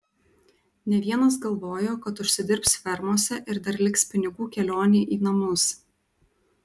ne vienas galvojo kad užsidirbs fermose ir dar liks pinigų kelionei į namus